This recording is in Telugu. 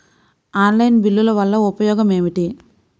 ఆన్లైన్ బిల్లుల వల్ల ఉపయోగమేమిటీ?